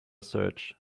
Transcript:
search